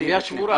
עם יד שבורה.